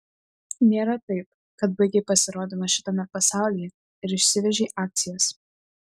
nėra taip kad baigei pasirodymą šitame pasaulyje ir išsivežei akcijas